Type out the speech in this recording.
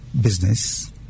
business